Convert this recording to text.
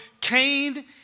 Cain